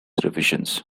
revisions